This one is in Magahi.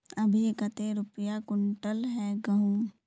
अभी कते रुपया कुंटल है गहुम?